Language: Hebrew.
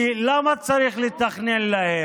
למה צריך לתכנן להם?